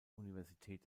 universität